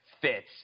fits